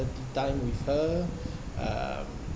time with her um